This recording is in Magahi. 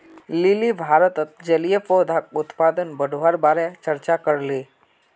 लिली भारतत जलीय पौधाक उत्पादन बढ़वार बारे चर्चा करले